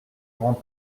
grands